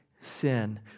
sin